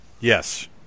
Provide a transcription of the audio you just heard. yes